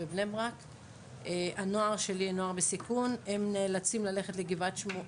בזמנו זה היה אצל הטוטו או